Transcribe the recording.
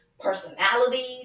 personalities